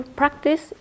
practice